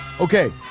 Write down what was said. Okay